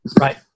Right